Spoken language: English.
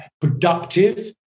productive